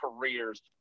careers